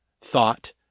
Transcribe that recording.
thought